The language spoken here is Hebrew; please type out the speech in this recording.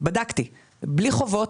בדקתי בלי חובות,